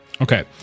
Okay